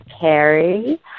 Carrie